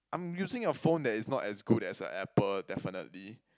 I'm using a phone that is not as good as an Apple definitely